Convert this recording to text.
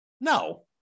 No